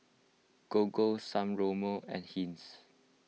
Gogo San Remo and Heinz